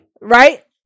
Right